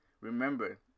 remember